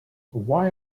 why